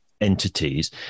entities